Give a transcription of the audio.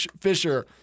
Fisher